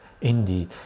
Indeed